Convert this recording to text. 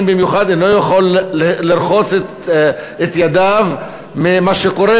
במיוחד אינו יכול לרחוץ את ידיו ממה שקורה.